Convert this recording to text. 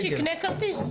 אז שיקנה כרטיס.